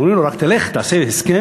אומרים לו: רק תלך, תעשה הסכם.